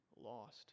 lost